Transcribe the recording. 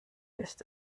ist